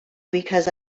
because